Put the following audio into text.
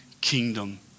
kingdom